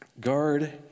Guard